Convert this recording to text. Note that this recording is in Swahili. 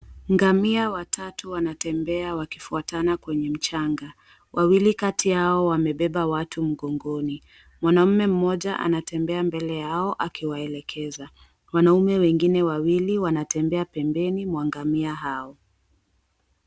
Ngamia watatu wanatembea wakifuatana kwenye mchanga, wawili kati yao wamebeba watu mgongoni. Mwanaume mmoja anatembea mbele yao akiwaelekeza. Wanaume wengine wawili wanatembea pembeni mwa ngamia hao.